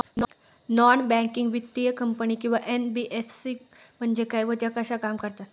Non banking वित्तीय company किंवा NBFC म्हणजे काय व त्या कशा काम करतात?